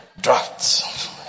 drafts